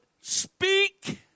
speak